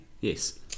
Yes